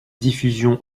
diffusion